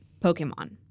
Pokemon